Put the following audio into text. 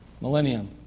millennium